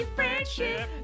friendship